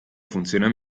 funziona